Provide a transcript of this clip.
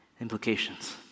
Implications